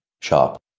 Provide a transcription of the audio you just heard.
sharp